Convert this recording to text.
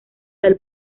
del